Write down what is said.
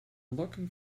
lurking